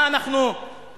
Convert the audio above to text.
מה אנחנו?